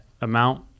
amount